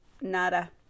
nada